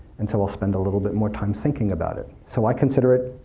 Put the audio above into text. and so i'll spend a little bit more time thinking about. it. so i consider it,